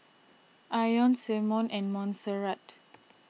Ione Symone and Monserrat